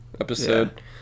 episode